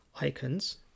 icons